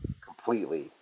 completely